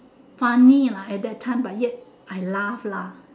funny lah at that time but yet I laugh lah